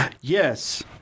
Yes